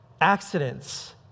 Accidents